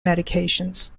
medications